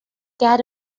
get